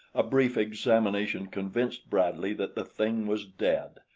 a brief examination convinced bradley that the thing was dead,